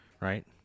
Right